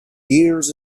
years